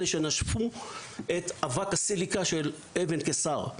אלה שנשפו את אבק הסיליקה של אבן קיסר.